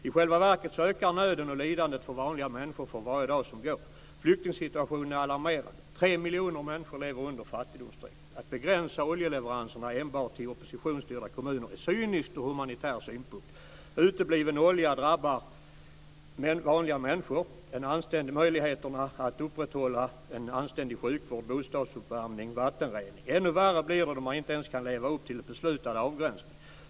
I själva verket ökar nöden och lidandet för vanliga människor för varje dag som går. Flyktingsituationen är alarmerande. Tre miljoner människor lever under fattigdomsstrecket. Att begränsa oljeleveranserna till enbart oppositionsstyrda kommuner är cyniskt ur humanitär synpunkt. Utebliven olja drabbar vanliga människor, exempelvis möjligheterna att upprätthålla en anständig sjukvård, bostadsuppvärmning och vattenrening. Ännu värre blir det då man inte ens kan leva upp till beslutad avgränsning.